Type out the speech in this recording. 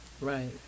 right